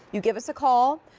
you give us a call.